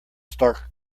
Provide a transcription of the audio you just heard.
stark